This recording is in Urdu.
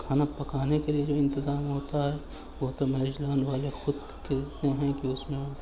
کھانا پکانے کے لیے جو انتظام ہوتا ہے وہ تو میرج لان والے خود کرتے ہیں کہ اس میں